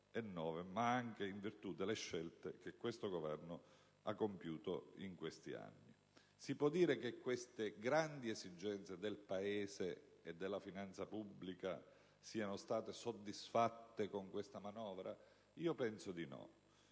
ma anche in virtù delle scelte che il Governo ha compiuto in questi anni. Si può dire che queste grandi esigenze del Paese e della finanza pubblica siano state soddisfatte con questa manovra? Penso di no.